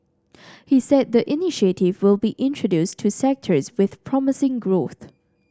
he said the initiative will be introduced to sectors with promising growth